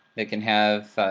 that can have